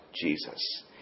Jesus